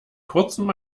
kurzem